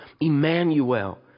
Emmanuel